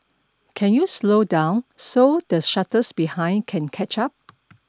can you slow down so the shuttles behind can catch up